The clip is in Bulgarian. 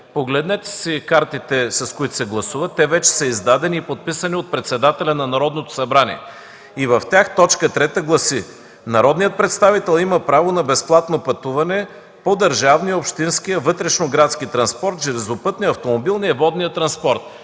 погледнете си картите, с които се гласува. Те вече са издадени и подписани от председателя на Народното събрание. В тях т. 3 гласи: „Народният представител има право на безплатно пътуване по държавния, общинския, вътрешно-градския транспорт, железопътния, автомобилния, водния транспорт.”